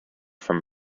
from